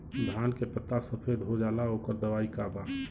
धान के पत्ता सफेद हो जाला ओकर दवाई का बा?